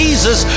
Jesus